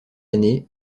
année